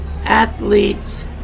athletes